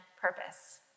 purpose